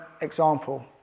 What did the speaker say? example